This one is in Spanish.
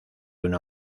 una